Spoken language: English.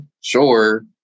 sure